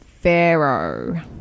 Pharaoh